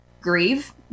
grieve